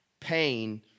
pain